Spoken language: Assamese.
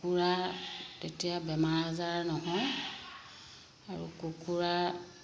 কুকুৰা তেতিয়া বেমাৰ আজাৰ নহয় আৰু কুকুৰা